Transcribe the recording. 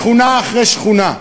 שכונה אחרי שכונה,